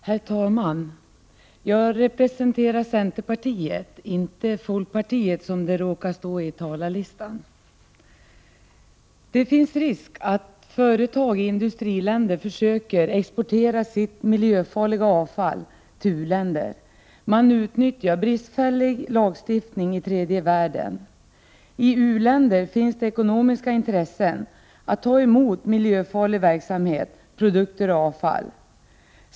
Herr talman! Jag representerar centerpartiet — inte folkpartiet som det råkar stå på talarlistan. Det finns risk att företag i industriländer försöker exportera sitt miljöfarliga avfall till u-länder. Man utnyttjar bristfällig lagstiftning i tredje världen. I u-länder finns det ekonomiska intressen för att ta emot miljöfarlig verksamhet, produkter och avfall.